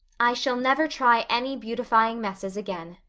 i shall never try any beautifying messes again,